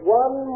one